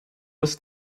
ist